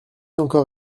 encore